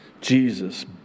Jesus